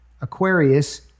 Aquarius